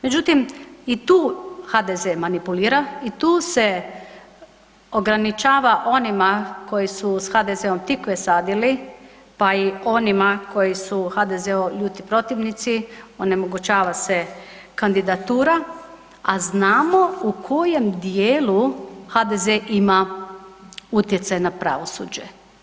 Međutim, i tu HDZ-e manipulira i tu se ograničava onima koji su s HDZ-om tikve sadili, pa i onima koji su HDZ-ovi ljuti protivnici onemogućava se kandidatura a znamo u kojem dijelu HDZ-e ima utjecaj na pravosuđe.